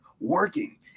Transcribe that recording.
working